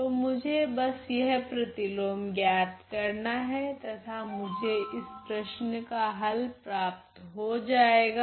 तो मुझे बस यह प्रतिलोम ज्ञात करना है तथा मुझे इस प्रश्न का हल प्राप्त हो जाएगा